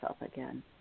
again